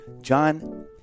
John